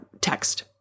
text